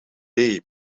day